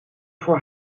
voor